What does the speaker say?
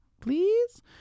please